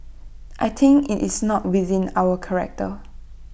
I think IT is not within our character